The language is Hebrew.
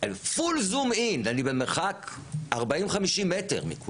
פול זום אין, אני במרחק 40 50 מכולם.